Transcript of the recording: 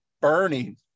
burning